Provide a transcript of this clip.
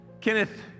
Kenneth